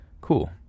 Cool